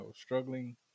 struggling